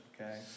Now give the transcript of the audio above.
okay